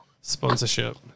sponsorship